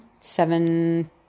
seven